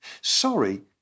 Sorry